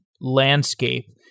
landscape